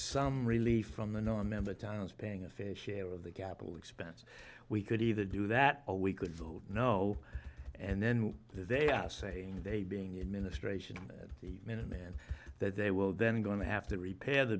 some really from a nonmember times paying a fair share of the capital expense we could either do that or we could vote no and then they are saying they being the administration the minuteman that they were then going to have to repair the